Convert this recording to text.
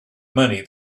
money